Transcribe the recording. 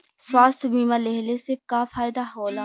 स्वास्थ्य बीमा लेहले से का फायदा होला?